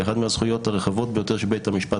היא אחת מהזכויות הרחבות ביותר שבית המשפט